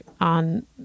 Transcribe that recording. on